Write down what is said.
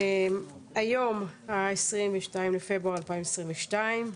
היום ה-22 בפברואר 2022,